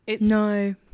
No